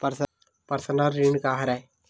Personal ऋण का हरय?